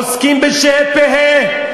עוסקים בשה"י פה"י.